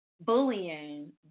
bullying